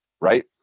right